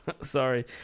sorry